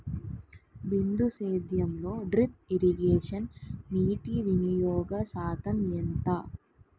బిందు సేద్యంలో drip irrigation నీటివినియోగ శాతం ఎంత?